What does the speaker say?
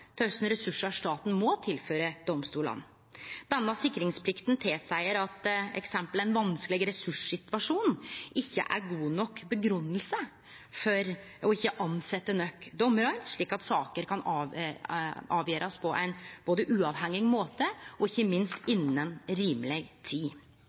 til kor store ressursar staten må tilføre domstolane. Denne sikringsplikta tilseier at f.eks. ein vanskeleg ressurssituasjon ikkje er god nok grunngjeving for ikkje å tilsetje nok dommarar, slik at saker kan avgjerast både på ein uavhengig måte og ikkje minst innan rimeleg tid.